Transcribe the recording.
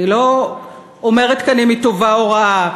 ואני לא אומרת כאן אם היא טובה או רעה,